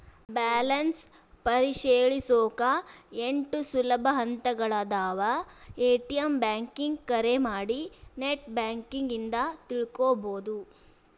balance ಪರಿಶೇಲಿಸೊಕಾ ಎಂಟ್ ಸುಲಭ ಹಂತಗಳಾದವ ಎ.ಟಿ.ಎಂ ಬ್ಯಾಂಕಿಂಗ್ ಕರೆ ಮಾಡಿ ನೆಟ್ ಬ್ಯಾಂಕಿಂಗ್ ಇಂದ ತಿಳ್ಕೋಬೋದು